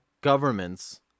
governments